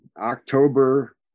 October